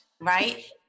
right